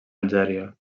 algèria